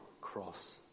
cross